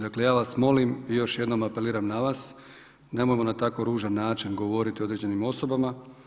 Dakle, ja vas molim i još jednom apeliram na vas nemojmo na tako ružan način govoriti o određenim osobama.